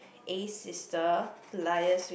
A's sister liaise with